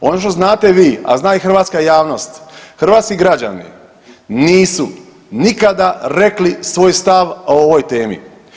Ono što znate vi, a zna i hrvatska javnost, hrvatski građani nisu nikada rekli svoj stav o ovoj temi.